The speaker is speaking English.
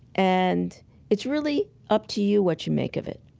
and it's really up to you what you make of it.